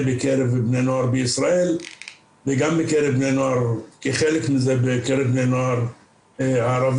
בקרב בני נוער בישראל וגם כחלק מזה בקרב בני הנוער הערבי,